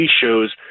shows